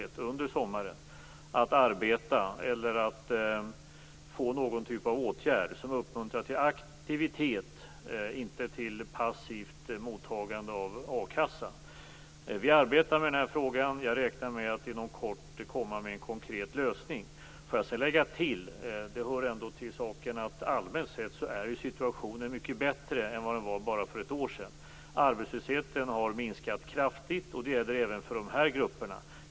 Det gäller även dem som studerar, när de har möjlighet till detta, som under sommaren. Det uppmuntrar till aktivitet och inte till passivt mottagande av a-kassa. Vi arbetar med den här frågan, och jag räknar med att inom kort komma med en konkret lösning. Får jag sedan lägga till, det hör ändå till saken, att allmänt sett är situationen mycket bättre än den var bara för ett år sedan. Arbetslösheten har minskat kraftigt. Det gäller även för de här grupperna.